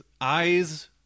eyes